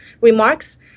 remarks